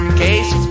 case